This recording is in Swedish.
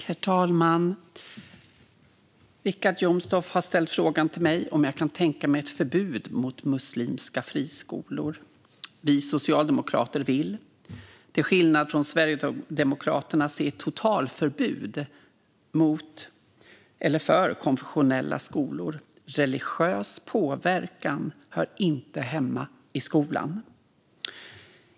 Herr talman! Richard Jomshof har ställt frågan till mig om jag kan tänka mig ett förbud mot muslimska friskolor. Vi socialdemokrater vill, till skillnad från Sverigedemokraterna, se ett totalförbud mot konfessionella skolor. Religiös påverkan hör inte hemma i skolan.